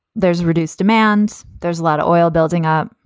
there's reduced demand. there's a lot of oil building up.